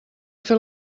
fer